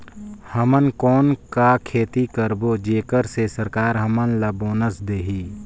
हमन कौन का खेती करबो जेकर से सरकार हमन ला बोनस देही?